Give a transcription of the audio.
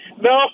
No